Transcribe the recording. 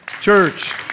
Church